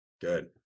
Good